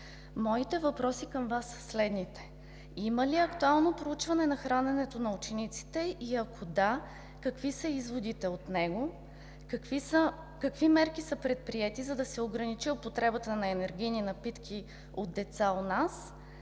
Моите въпроси към Вас са следните: има ли актуално проучване на храненето на учениците, и ако да, какви са изводите от него? Какви мерки са предприети, за да се ограничи употребата на енергийни напитки от деца у нас?